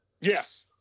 Yes